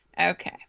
Okay